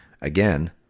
Again